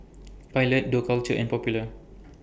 Pilot Dough Culture and Popular